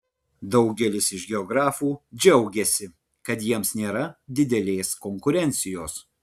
daugelis iš geografų džiaugiasi kad jiems nėra didelės konkurencijos